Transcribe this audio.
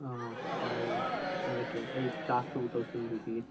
ꯑꯧ ꯌꯥꯏ ꯌꯥꯏ ꯄꯥꯏꯔꯛꯀꯦ ꯑꯩ ꯆꯥꯔꯖꯄꯨ ꯇꯧꯁꯤꯜꯂꯨꯈꯤꯒꯦ